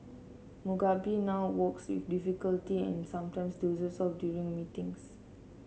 Mugabe now walks with difficulty and sometimes dozes off during meetings